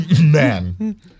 Man